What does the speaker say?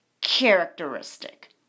characteristic